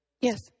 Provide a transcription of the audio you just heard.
Yes